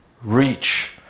reach